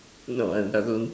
no it doesn't